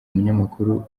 umunyamakuru